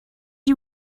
you